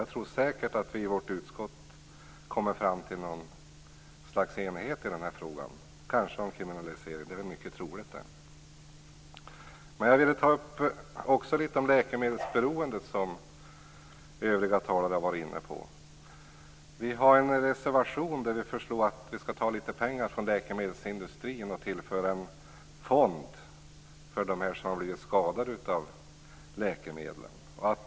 Jag tror säkert att vi i vårt utskott kommer fram till någon slags enighet i frågan - kanske om kriminalisering. Det är mycket troligt. Jag vill också ta upp frågan om läkemedelsberoende, som övriga talare har varit inne på. Vi har gjort en reservation där vi föreslår att vi skall ta litet pengar från läkemedelsindustrin och sätta i en fond för dem som har blivit skadade av läkemedel.